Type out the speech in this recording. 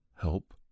help